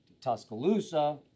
Tuscaloosa